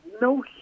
no